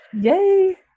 Yay